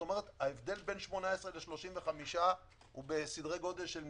כלומר ההבדל בין 18 ל-35 הוא בסדרי גודל של מיליארדים,